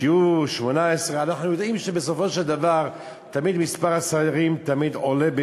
שיהיו 18. אנחנו יודעים שבסופו של דבר מספר השרים תמיד עולה,